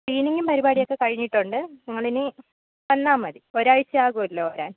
ക്ലീനിങ്ങും പരിപാടിയൊക്കെ കഴിഞ്ഞിട്ടുണ്ട് നിങ്ങൾ ഇനി വന്നാൽ മതി ഒരാഴ്ച്ച ആകുമല്ലോ വരാൻ